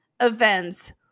events